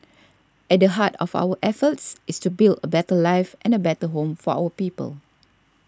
at the heart of our efforts is to build a better life and a better home for our people